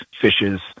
fishes